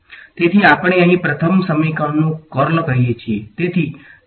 તેથી આપણે અહીં પ્રથમ સમીકરણનું કર્લ કહી શકીએ